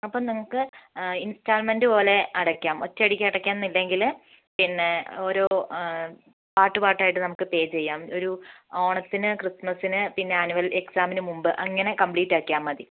അപ്പം നിങ്ങൾക്ക് ഇൻസ്റ്റാൾമെൻ്റ് പോലെ അടയ്ക്കാം ഒറ്റയടിക്ക് അടക്കാം എന്ന് ഇല്ലെങ്കിൽ പിന്നെ ഓരോ പാർട്ട് പാർട്ടായിട്ട് നമുക്ക് പേ ചെയ്യാം ഒരു ഓണത്തിന് ക്രിസ്മസിന് പിന്നെ ആനുവൽ എക്സാമിന് മുമ്പ് അങ്ങനെ കമ്പ്ലീറ്റ് ആക്കിയാൽ മതി